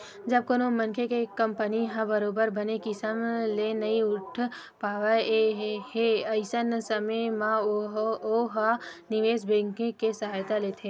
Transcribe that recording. जब कोनो मनखे के कंपनी ह बरोबर बने किसम ले नइ उठ पावत हे अइसन समे म ओहा निवेस बेंकिग के सहयोग लेथे